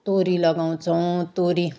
तोरी लगाउँछौँ तोरी